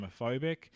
homophobic